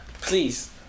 please